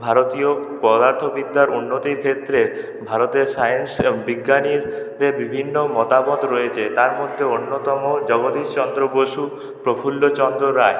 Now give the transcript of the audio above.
ভারতীয় পদার্থবিদ্যার উন্নতির ক্ষেত্রে ভারতের সায়েন্স বিজ্ঞানীদের বিভিন্ন মতামত রয়েছে তার মধ্যে অন্যতম জগদীশচন্দ্র বসু প্রফুল্লচন্দ্র রায়